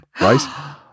right